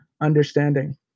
understanding